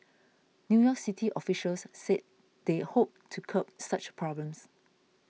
New York City officials said they hoped to curb such problems